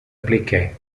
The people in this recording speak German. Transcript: blicke